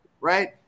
right